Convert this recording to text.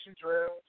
drills